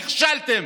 נכשלתם.